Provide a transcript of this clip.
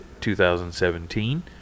2017